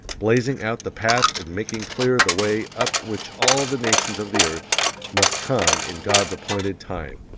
blazing out the path and making clear the way up which all the nations of the earth must come in god's appointed time!